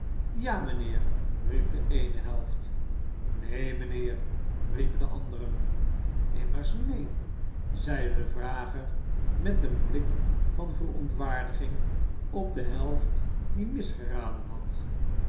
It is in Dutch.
ja mijnheer riep de eene helft neen mijnheer riepen de anderen immers neen zeide de vrager met een blik van verontwaardiging op de helft die misgeraden had